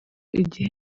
igihe